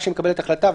כשהיא מקבלת החלטה,